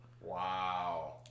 Wow